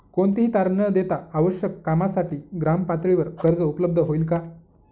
कोणतेही तारण न देता आवश्यक कामासाठी ग्रामपातळीवर कर्ज उपलब्ध होईल का?